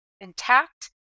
intact